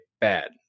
bad